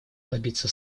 добиться